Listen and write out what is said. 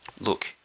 Look